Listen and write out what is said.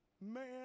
man